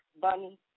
bunny